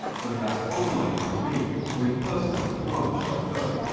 whether that's online like me or in person at the branch like her.